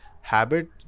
Habit